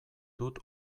dut